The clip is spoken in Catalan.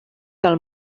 del